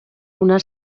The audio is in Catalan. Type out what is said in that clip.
una